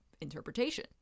interpretation